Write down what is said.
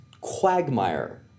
quagmire